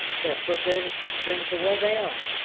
they are put there, to keep things the way they are.